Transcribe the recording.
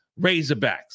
Razorbacks